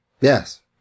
Yes